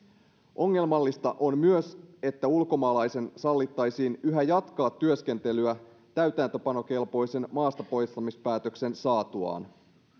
ongelmallista on myös että ulkomaalaisen sallittaisiin yhä jatkaa työskentelyä täytäntöönpanokelpoisen maastapoistamispäätöksen saatuaan